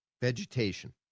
Vegetation